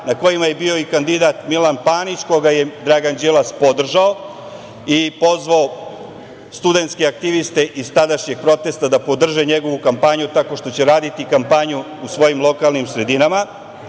na kojima je bio i kandidat Milan Panić, koga je Dragan Đilas podržao i pozvao studentske aktiviste iz tadašnjeg protesta da podrže njegovu kampanju tako što će raditi kampanju u svojim lokalnim sredinama.